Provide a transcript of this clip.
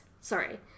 sorry